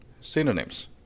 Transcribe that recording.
synonyms